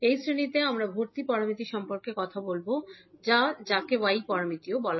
এই শ্রেণিতে আমরা অ্যাডমিনটেন্স প্যারামিটার সম্পর্কে কথা বলব যাকে Y প্যারামিটারও বলে